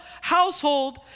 household